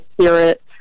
spirit